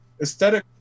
Aesthetic